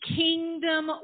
kingdom